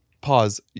Pause